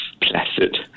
placid